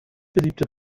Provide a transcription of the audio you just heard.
beliebte